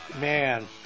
man